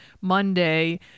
Monday